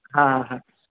হ্যাঁ হ্যাঁ